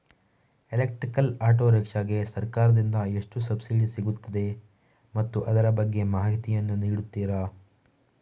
Electrical auto rickshaw ಗೆ ಸರ್ಕಾರ ದಿಂದ ಎಷ್ಟು ಸಬ್ಸಿಡಿ ಸಿಗುತ್ತದೆ ಮತ್ತು ಅದರ ಬಗ್ಗೆ ಮಾಹಿತಿ ಯನ್ನು ನೀಡುತೀರಾ?